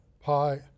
pi